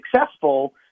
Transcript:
successful